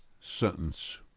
sentence